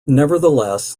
nevertheless